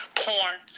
porn